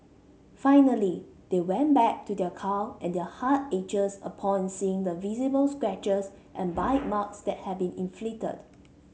finally they went back to their car and their heart ached upon seeing the visible scratches and bite marks that had been inflicted